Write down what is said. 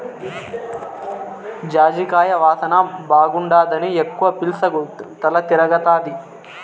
జాజికాయ వాసన బాగుండాదని ఎక్కవ పీల్సకు తల తిరగతాది